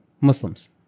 Muslims